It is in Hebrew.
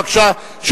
בבקשה,